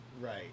Right